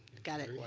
got it.